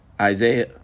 Isaiah